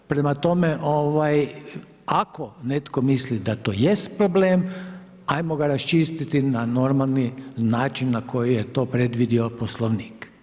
Prema tome, ako netko misli da to jest problem ajmo ga raščistiti na normalni način na koji je to predvidio Poslovnik.